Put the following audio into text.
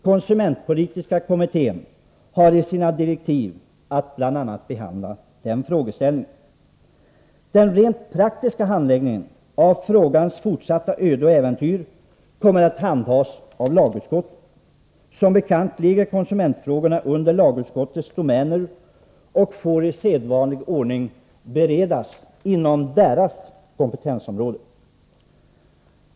Konsumentpolitiska kommittén har i sina direktiv bl.a. att behandla den frågan. Den rent praktiska handläggningen — det gäller frågans fortsatta öden och äventyr — kommer att skötas av lagutskottet. Som bekant hör konsumentfrågorna till lagutskottets domäner. Dessa frågor ligger i sedvanlig ordning inom lagutskottets kompetensområde.